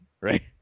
right